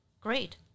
great